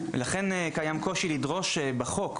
לכן יש קושי לדרוש בחוק,